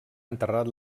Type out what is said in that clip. enterrat